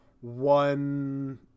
one